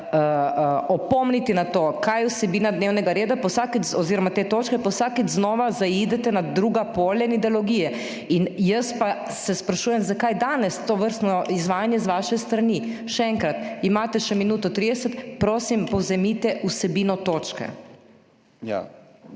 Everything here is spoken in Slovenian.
opomniti na to, kaj je vsebina dnevnega reda oziroma te točke, pa vsakič znova zaidete na druga polja in ideologije. Jaz pa se sprašujem, zakaj danes tovrstno izvajanje z vaše strani. Še enkrat, imate še minuto in 30 sekund, prosim, povzemite vsebino točke.